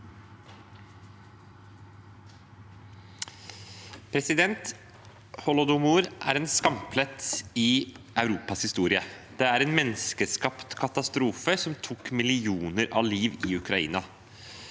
Holodomor er en skamplett i Europas historie. Det er en menneskeskapt katastrofe som tok millioner av liv i Ukraina.